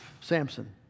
Samson